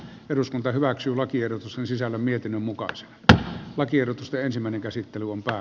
eduskunta hyväksyy lakiehdotus on sisällä mietinnön mukaan se että lakiehdotusta ensimmäinen käsittely unta